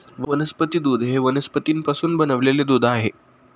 वनस्पती दूध हे वनस्पतींपासून बनविलेले दूध आहे